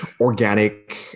organic